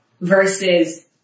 versus